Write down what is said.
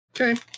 Okay